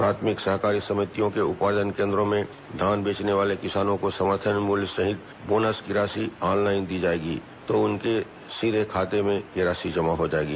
प्राथमिक सहकारी समितियों के उपार्जन केन्द्रों में धान बेचने वाले किसानों को समर्थन मूल्य सहित बोनस की राशि ऑन लाइन दी जाएगी जो उनके सीधे उनके खाते में जमा हो जाएगी